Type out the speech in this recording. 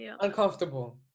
uncomfortable